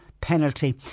penalty